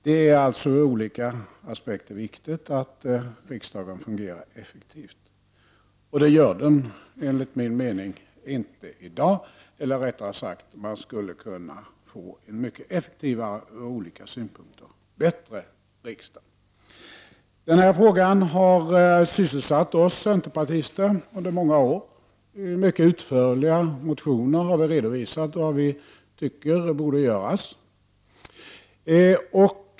Det är alltså ur olika aspekter viktigt att riksdagen fungerar effektivt. Och det gör den, enligt min mening, inte i dag, eller rättare sagt, vi skulle kunna få en mycket effektivare och ur olika synpunkter bättre riksdag. Den här frågan har sysselsatt oss centerpartister under många år. I mycket utförliga motioner har vi redovisat vad vi tycker borde göras.